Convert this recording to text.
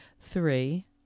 three